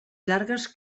llargues